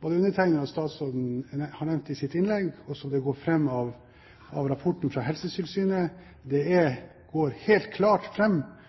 både undertegnede og statsråden har nevnt i sine innlegg, og som det går fram av rapporten fra Helsetilsynet, går det helt klart fram både av helsepersonelloven og av barnevernsloven at man har et klart